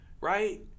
Right